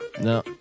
No